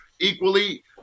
equally